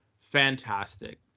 fantastic